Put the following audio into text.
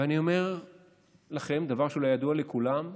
ואני אומר לכם דבר שאולי ידוע לכולם,